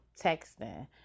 texting